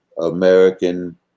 American